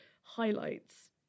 highlights